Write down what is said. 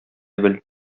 бел